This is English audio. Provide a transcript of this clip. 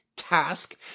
task